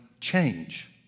change